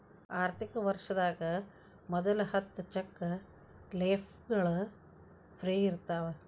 ಆರ್ಥಿಕ ವರ್ಷದಾಗ ಮೊದಲ ಹತ್ತ ಚೆಕ್ ಲೇಫ್ಗಳು ಫ್ರೇ ಇರ್ತಾವ